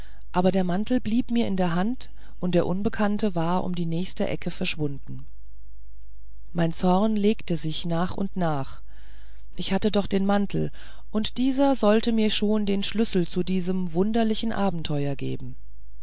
aber der mantel blieb mir in der hand und der unbekannte war um die nächste ecke verschwunden mein zorn legte sich nach und nach ich hatte doch den mantel und dieser sollte mir schon den schlüssel zu diesem wunderlichen abenteuer geben